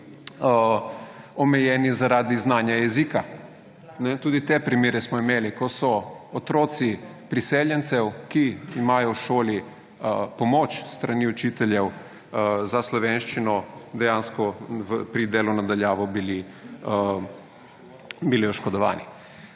omejeni zaradi znanja jezika. Tudi te primere smo imeli, ko so otroci priseljencev, ki imajo v šoli pomoč s strani učiteljev za slovenščino, dejansko pri delu na daljavo bili oškodovani.